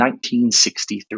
1963